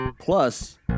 Plus